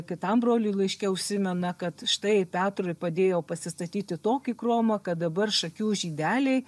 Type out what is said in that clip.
kitam broliui laiške užsimena kad štai petrui padėjo pasistatyti tokį kromą kad dabar šakių žydeliai